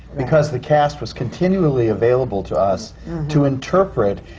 because the cast was continually available to us to interpret,